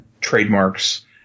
trademarks